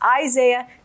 Isaiah